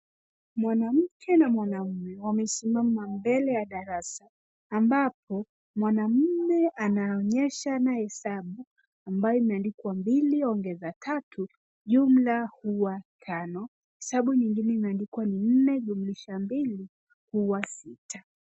Mwanamke na mwanaume wamesimama mbele ya darasa ambapo mwanaume anaonyesha hesabu ambayo umeandikwa mbili ongeza tatu jumla huwa tano. Hesabu ingine umeandikwa ne kuongeza mbili jumla huwa sita.